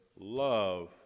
love